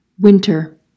Winter